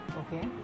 okay